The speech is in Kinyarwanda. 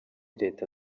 leta